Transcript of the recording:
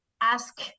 ask